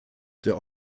der